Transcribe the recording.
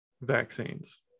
vaccines